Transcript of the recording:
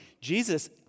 Jesus